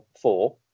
four